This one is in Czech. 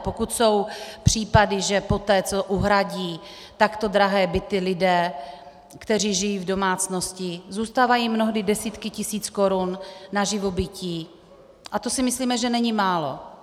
Pokud jsou případy, že poté, co uhradí takto drahé byty lidé, kteří žijí v domácnosti, zůstávají jim mnohdy desítky tisíc korun na živobytí, a to si myslíme, že není málo.